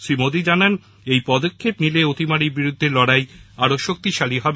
শ্রী মোদী জানান এই পদক্ষেপ নিলে অতিমারীর বিরুদ্ধে লড়াই শক্তিশালী হবে